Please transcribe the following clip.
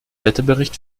wetterbericht